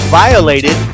violated